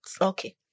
Okay